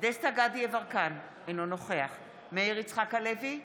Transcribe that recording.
דסטה גדי יברקן, אינו נוכח מאיר יצחק הלוי,